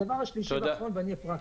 הדבר השלישי והאחרון, ואני אהיה פרקטי.